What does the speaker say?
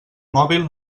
mòbil